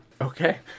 Okay